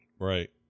Right